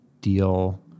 deal